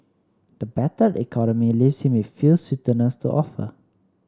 the battered economy leaves him with few sweeteners to offer